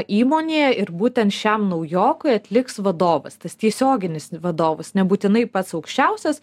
įmonėje ir būtent šiam naujokui atliks vadovas tas tiesioginis vadovas nebūtinai pats aukščiausias